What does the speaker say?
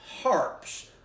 harps